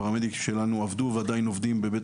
פרמדיקים שלנו עבדו ועדיין עובדים בבית